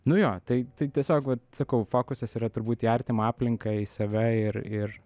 nu jo tai tai tiesiog vat sakau fokusas yra turbūt į artimą aplinką į save ir ir